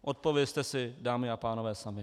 Odpovězte si, dámy a pánové, sami.